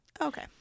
Okay